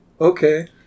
Okay